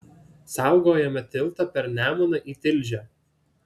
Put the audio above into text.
saugojome tiltą per nemuną į tilžę